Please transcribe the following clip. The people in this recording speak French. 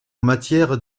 matière